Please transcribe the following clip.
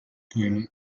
poema